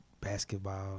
basketball